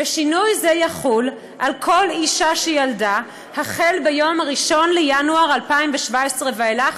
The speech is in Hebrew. ושינוי זה יחול על כל אישה שילדה מיום 1 בינואר 2017 ואילך.